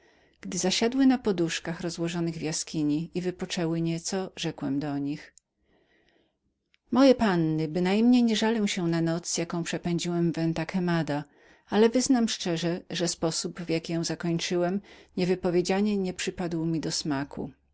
gdy ziasiadłyzasiadły na poduszkach rozłożonych w jaskini i wypoczęły nieco rzekłem do nich moje panny bynajmniej nie żalę się na noc jaką przepędziłem w venta quemada ale wyznam szczerze że sposób w jakim ją zakończyłem niewypowiedzianie nie przyszedł mi do smaku